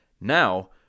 Now